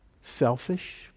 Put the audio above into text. Selfish